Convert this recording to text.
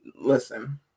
listen